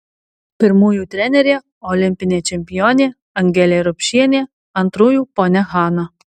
pirmųjų trenerė olimpinė čempionė angelė rupšienė antrųjų ponia hana